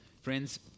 Friends